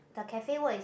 the cafe word is